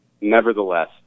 Nevertheless